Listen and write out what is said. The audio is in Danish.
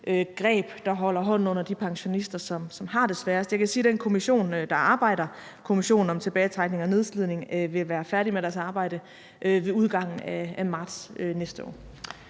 greb, der holder hånden under de pensionister, som har det sværest. Jeg kan sige, at den kommission, der arbejder, Kommissionen om tilbagetrækning og nedslidning, vil være færdig med sit arbejde ved udgangen af marts næste år.